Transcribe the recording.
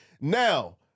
Now